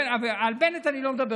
על בנט אני בכלל לא מדבר.